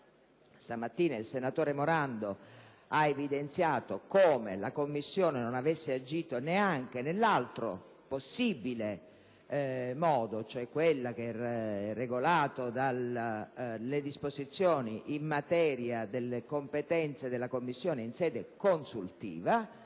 Stamattina il senatore Morando ha evidenziato come la Commissione non avesse agito neanche nell'altro possibile modo, cioè quello regolato dalle disposizioni in materia delle competenze della Commissione in sede consultiva,